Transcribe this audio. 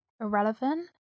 irrelevant